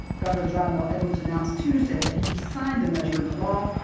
governor john bel edwards announced tuesday that he signed the measure into law.